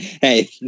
hey